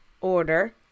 Order